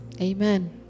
Amen